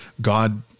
God